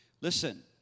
listen